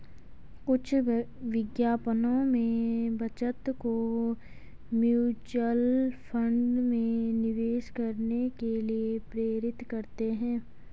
कुछ विज्ञापनों में बचत को म्यूचुअल फंड में निवेश करने के लिए प्रेरित करते हैं